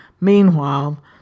Meanwhile